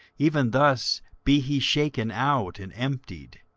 even thus be he shaken out, and emptied.